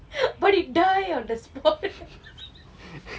but it die on the spot